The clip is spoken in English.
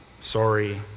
sorry